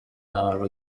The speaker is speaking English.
are